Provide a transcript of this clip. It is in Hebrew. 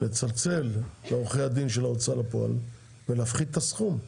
לצלצל לעורכי הדין של ההוצאה לפועל ולהפחית את הסכום.